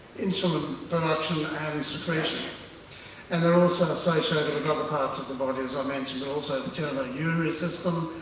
insulin production and secretion and they're also and associated but in other parts of the body as i mentioned also, the genito urinary system,